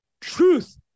truth